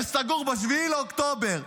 שסגור מ-7 באוקטובר,